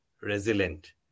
resilient